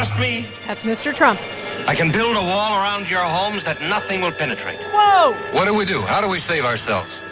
me that's mr. trump i can build a wall around your homes that nothing will penetrate whoa what do we do? how do we save ourselves?